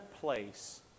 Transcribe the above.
place